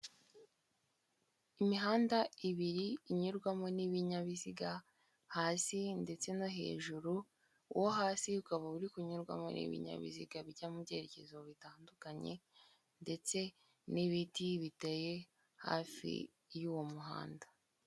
Imihanda ibiri inyurwamo n'ibinyabiziga, hasi ndetse no hejuru, wo hasi ukaba uri kunyurwamo n'ibinyabiziga bijya mu byerekezo bitandukanye ndetse n'ibiti biteye hafi y'uwo muhanda.